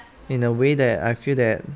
in a way that I feel that